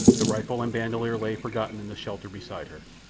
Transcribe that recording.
the rifle and bandoleer lay forgotten in the shelter beside her.